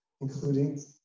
including